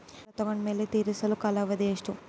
ಸಾಲ ತಗೊಂಡು ಮೇಲೆ ತೇರಿಸಲು ಕಾಲಾವಧಿ ಎಷ್ಟು?